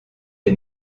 est